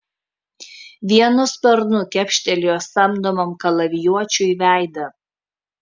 vienu sparnu kepštelėjo samdomam kalavijuočiui veidą